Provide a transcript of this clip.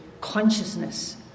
consciousness